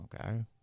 Okay